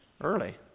early